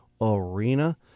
Arena